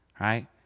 right